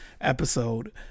episode